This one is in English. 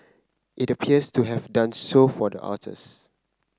it appears to have done so for the authors